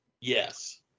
Yes